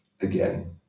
again